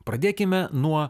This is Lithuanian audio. pradėkime nuo